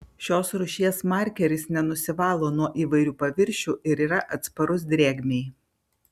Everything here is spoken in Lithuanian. šios rūšies markeris nenusivalo nuo įvairių paviršių ir yra atsparus drėgmei